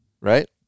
Right